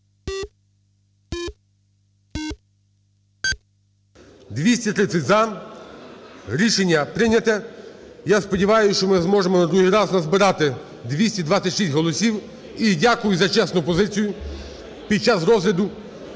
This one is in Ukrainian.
дякую за чесну позицію під час розгляду.